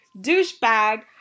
douchebag